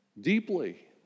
deeply